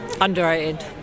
Underrated